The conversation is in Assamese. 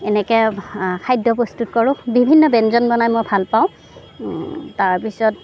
এনেকৈ খাদ্য প্ৰস্তুত কৰোঁ বিভিন্ন ব্যঞ্জন বনাই মই ভালপাওঁ তাৰপিছত